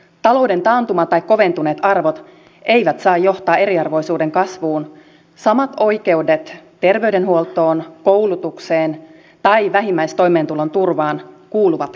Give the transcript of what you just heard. talouden taantuma tai koventuneet arvot eivät saa johtaa eriarvoisuuden kasvuun samat oikeudet terveydenhuoltoon koulutukseen tai vähimmäistoimeentulon turvaan kuuluvat kaikille